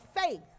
faith